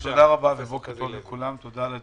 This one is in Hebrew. בוקר טוב לכולם ותודה על הדיון.